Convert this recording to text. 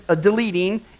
deleting